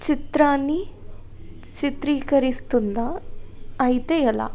చిత్రాన్ని చిత్రీకరిస్తుందా అయితే ఎలా